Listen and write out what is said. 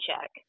check